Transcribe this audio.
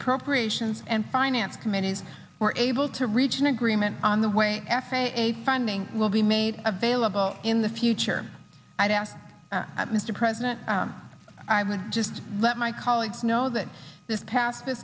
appropriations and finance committees were able to reach an agreement on the way f a a funding will be made available in the future i'd ask mr president i would just let my colleagues know that this past the